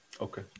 Okay